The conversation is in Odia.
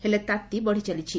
ହେଲେ ତାତି ବଢ଼ିଚାଲିଛି